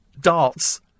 Darts